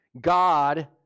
God